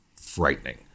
frightening